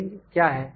range क्या है